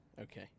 Okay